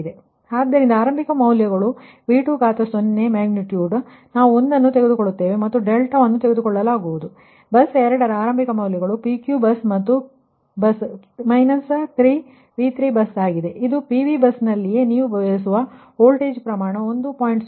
ಆದ್ದರಿಂದ ಆರಂಭಿಕ ಮೌಲ್ಯಗಳು V20 ಮ್ಯಾಗ್ನಿಟ್ಯೂಡ್ ನಾವು 1 ಅನ್ನು ತೆಗೆದುಕೊಳ್ಳುತ್ತೇವೆ ಮತ್ತು ಡೆಲ್ಟಾವನ್ನು ತೆಗೆದುಕೊಳ್ಳಲಾಗುವುದು ಬಸ್ 2 ರ ಆರಂಭಿಕ ಮೌಲ್ಯಗಳು PQ ಬಸ್ ಮತ್ತು ಬಸ್ 3 V 3 ಬಸ್ ಆಗಿದೆ ಇದು PV ಬಸ್ ಇಲ್ಲಿಯೇ ನೀವು ಬಯಸುವ ವೋಲ್ಟೇಜ್ ಪ್ರಮಾಣ 1